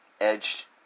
Edge